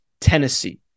Tennessee